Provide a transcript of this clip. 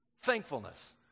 Thankfulness